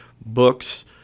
books